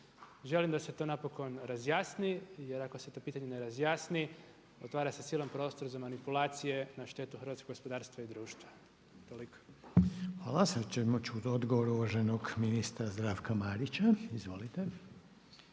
Želim da se to napokon razjasni jer ako se to pitanje ne razjasni otvara se silan prostor za manipulacije na štetu hrvatskog gospodarstva i društva. Toliko. **Reiner, Željko (HDZ)** Hvala. Sada ćemo čuti odgovor uvaženog ministra Zdravka Marića. Izvolite.